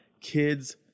kids